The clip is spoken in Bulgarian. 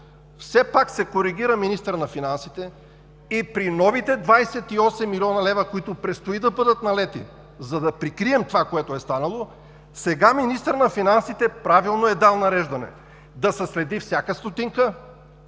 Все пак се коригира министърът на финансите и при новите 28 млн. лв., които предстоят да бъдат налети, за да прикрием това, което е станало, сега министърът на финансите правилно е дал нареждане: да се следи всяка стотинка,